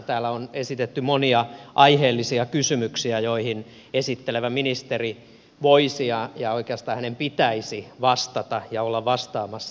täällä on esitetty monia aiheellisia kysymyksiä joihin esittelevä ministeri voisi ja oikeastaan hänen pitäisi vastata ja olla vastaamassa